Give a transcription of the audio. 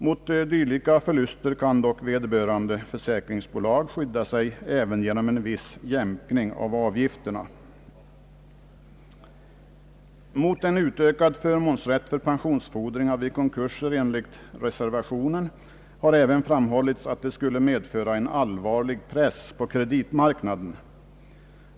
Mot dylika förluster kan dock vederbörande försäkringsbolag skydda sig även genom en viss jämkning av avgifterna. Mot en utvidgad förmånsrätt för pensionsfordringar vid konkurser enligt reservationen har även framhållits att det skulle medföra en allvarlig press på kreditmarknaden.